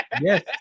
Yes